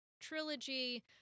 trilogy